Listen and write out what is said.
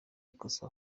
ikosa